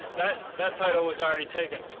that that title was already taken.